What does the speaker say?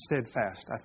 steadfast